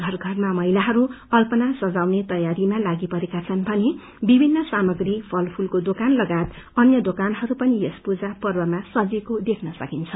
घर घरमा महिलाहरू अल्पना सजाउने तैयारीमा लागिपरेका छन् भने विभिन्न सामाग्री फल फूलको दोकान लगायत अन्य दोकानहरू पनि यस पूजा पर्वमा सजिएको देख्न सकिन्छ